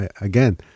again